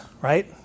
right